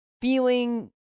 feeling